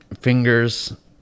fingers